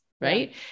Right